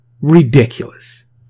Ridiculous